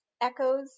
Echoes